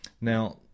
now